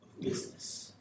business